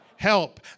Help